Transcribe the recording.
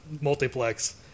multiplex